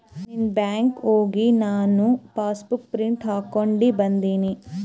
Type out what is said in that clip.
ನೀನ್ನೇ ಬ್ಯಾಂಕ್ಗ್ ಹೋಗಿ ನಾ ಪಾಸಬುಕ್ ಪ್ರಿಂಟ್ ಹಾಕೊಂಡಿ ಬಂದಿನಿ